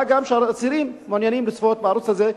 מה גם שאסירים מעוניינים לצפות בערוץ הזה,